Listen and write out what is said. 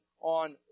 on